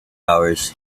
hours